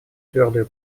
твердую